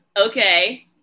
okay